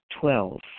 Twelve